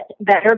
better